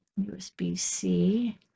USB-C